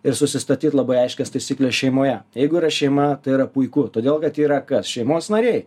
ir susistatyt labai aiškias taisykles šeimoje jeigu yra šeima tai yra puiku todėl kad yra kas šeimos nariai